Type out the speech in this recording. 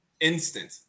instant